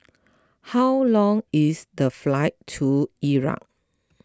how long is the flight to Iraq